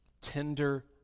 tender